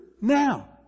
now